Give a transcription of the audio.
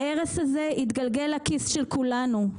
ההרס הזה יתגלגל לכיס של כולנו.